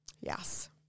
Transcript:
Yes